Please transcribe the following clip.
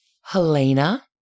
Helena